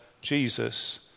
jesus